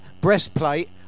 breastplate